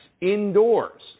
indoors